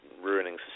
ruining